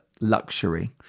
luxury